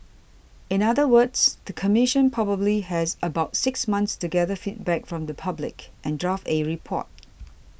in other words the Commission probably has about six months to gather feedback from the public and draft a report